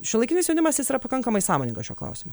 šiuolaikinis jaunimas jis yra pakankamai sąmoningas šiuo klausimu